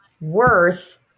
worth